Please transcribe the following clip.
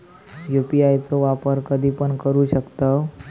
UPI चो वापर कधीपण करू शकतव?